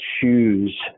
choose